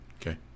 Okay